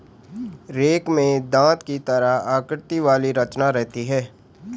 rake में दाँत की तरह आकृति वाली रचना रहती है